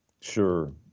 Sure